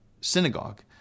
synagogue